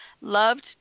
Loved